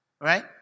Right